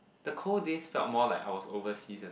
the cold days felt more like I was overseas